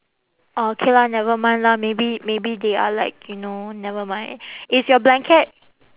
orh okay lah never mind lah maybe maybe they are like you know never mind is your blanket